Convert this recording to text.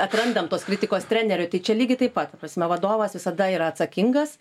atrandam tos kritikos treneriui tai čia lygiai taip pat ta prasme vadovas visada yra atsakingas